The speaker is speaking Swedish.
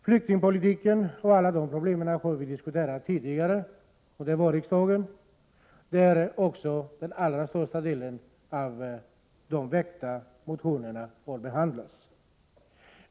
Flyktingpolitiken och alla de problem som hänger samman med den har vi diskuterat tidigare, under vårriksdagen, då också den allra största delen av de väckta motionerna behandlades.